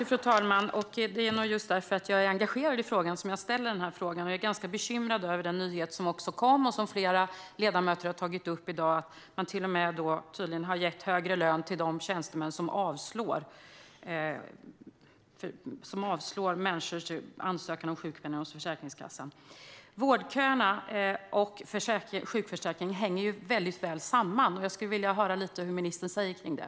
Fru talman! Det är just för att jag är engagerad i detta som jag ställer denna fråga. Jag är bekymrad över den nyhet som kom och som flera ledamöter har tagit upp i dag, nämligen att man tydligen till och med har gett högre lön till de tjänstemän som avslår människors ansökningar om sjukpenning hos Försäkringskassan. Vårdköerna och sjukförsäkringen hänger mycket samman, och jag skulle vilja höra vad ministern säger om det.